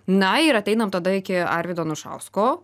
na ir ateinam tada iki arvydo anušausko